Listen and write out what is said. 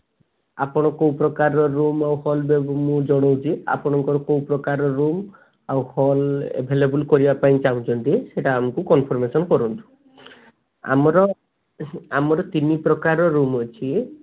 ଆପଣ କେଉଁ ପ୍ରକାରର ରୁମ୍ ଆଉ ହଲ୍ ମୁଁ ଜଣାଉଛି ଆପଣଙ୍କର କେଉଁ ପ୍ରକାର ରୁମ୍ ଆଉ ହଲ୍ ଆଭେଲେବଲ୍ କରିବାକୁ ପାଇଁ ଚାହୁଁଛନ୍ତି ସେଇଟା ଆମକୁ କନଫର୍ମମେସନ୍ କରନ୍ତୁ ଆମର ଆମର ତିନି ପ୍ରକାର ରୁମ୍ ଅଛି